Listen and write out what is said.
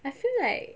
I feel like